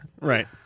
Right